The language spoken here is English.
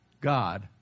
God